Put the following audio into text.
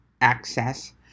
access